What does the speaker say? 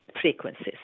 frequencies